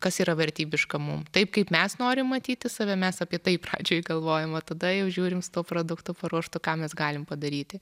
kas yra vertybiška mum taip kaip mes norim matyti save mes apie tai pradžioj galvojam o tada jau žiūrim su tuo produktu paruoštu ką mes galim padaryti